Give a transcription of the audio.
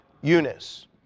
Eunice